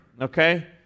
Okay